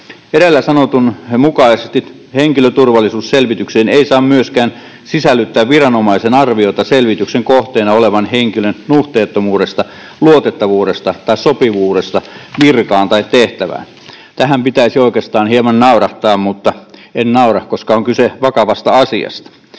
Edellä sanotun mukaisesti henkilöturvallisuusselvitykseen ei saa myöskään sisällyttää viranomaisen arviota selvityksen kohteena olevan henkilön nuhteettomuudesta, luotettavuudesta tai sopivuudesta virkaan tai tehtävään. Tähän pitäisi oikeastaan hieman naurahtaa, mutta en naura, koska on kyse vakavasta asiasta.